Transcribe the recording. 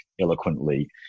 eloquently